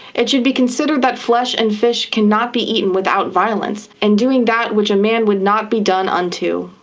it should be considered that flesh and fish cannot be eaten without violence and doing that which a man would not be done unto.